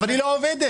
אבל היא לא עובדת.